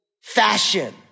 fashion